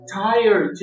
tired